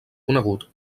conegut